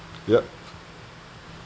yup